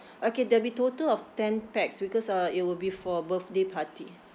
okay there'll be total of ten pax because uh it will be for a birthday party